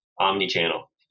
omni-channel